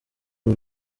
uru